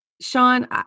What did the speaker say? Sean